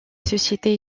société